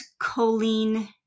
choline